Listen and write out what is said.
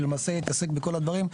שלמעשה יתעסק בכל הדברים.